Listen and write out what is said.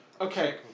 Okay